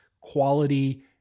quality